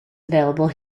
available